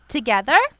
Together